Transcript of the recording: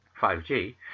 5G